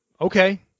okay